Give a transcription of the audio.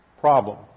problem